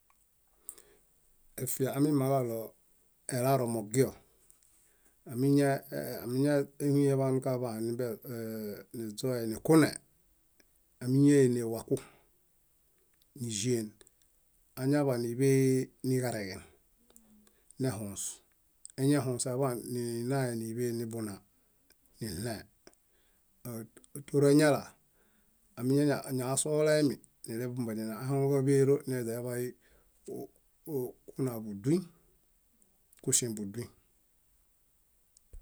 Efia amimaŋ kalo elaaro mogio, amiñahuyeḃan kaḃãe nimbie niźoe nikunee, amiñaené waku níĵeen añaḃaniḃee niġareġen nehõs eñahõs eḃaan ninae níḃe nibuna niɭẽe. tóroeñalaa amiñani noasohulaemi, nileḃumbonina, ahaŋu kakaero kuna buduñ, kuśeŋ buduñ.